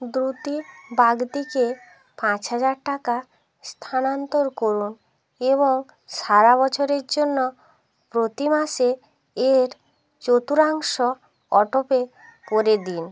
দ্যুতি বাগদিকে পাঁচ হাজার টাকা স্থানান্তর করুন এবং সারা বছরের জন্য প্রতি মাসে এর চতুর্থাংশ অটোপে করে দিন